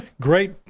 Great